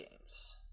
games